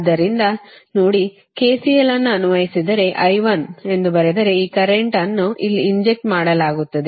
ಆದ್ದರಿಂದ ನೋಡಿ KCL ಅನ್ನು ಅನ್ವಯಿಸಿದರೆ ಬರೆದರೆ ಈ ಕರೆಂಟ್ ಅನ್ನು ಇಲ್ಲಿ ಇಂಜೆಕ್ಟ್ ಮಾಡಲಾಗುತ್ತದೆ